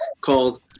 called